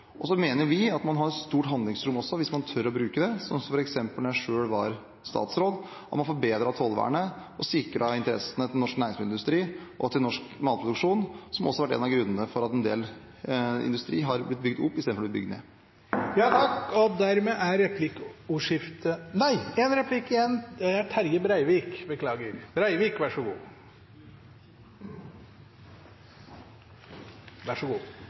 Brussel. Så mener vi at man har stort handlingsrom hvis man tør å bruke det, slik som f.eks. da jeg selv var statsråd og forbedret tollvernet og sikret interessene til norsk næringsmiddelindustri og til norsk matproduksjon, som også var en av grunnene til at en del industri har blitt bygd opp i